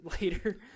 later